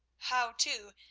how, too,